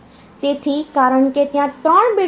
તેથી કારણ કે ત્યાં ત્રણ બિટ્સ છે